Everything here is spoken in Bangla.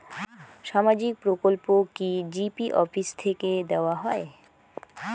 সামাজিক প্রকল্প কি জি.পি অফিস থেকে দেওয়া হয়?